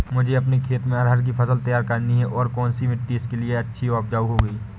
मुझे अपने खेत में अरहर की फसल तैयार करनी है और कौन सी मिट्टी इसके लिए अच्छी व उपजाऊ होगी?